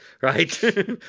right